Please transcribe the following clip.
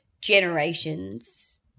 generations